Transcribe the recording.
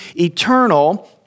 eternal